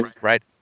Right